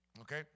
okay